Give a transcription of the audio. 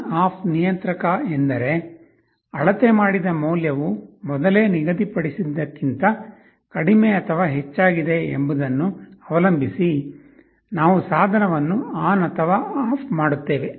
on off ನಿಯಂತ್ರಕ ಎಂದರೆ ಅಳತೆ ಮಾಡಿದ ಮೌಲ್ಯವು ಮೊದಲೇ ನಿಗದಿಪಡಿಸಿದ್ದಕ್ಕಿಂತ ಕಡಿಮೆ ಅಥವಾ ಹೆಚ್ಚಾಗಿದೆ ಎಂಬುದನ್ನು ಅವಲಂಬಿಸಿ ನಾವು ಸಾಧನವನ್ನು ಆನ್ ಅಥವಾ ಆಫ್ ಮಾಡುತ್ತೇವೆ